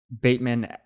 Bateman